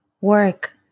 work